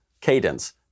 cadence